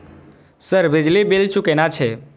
Sir बिजली bill चूकेना छे?